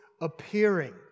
appearing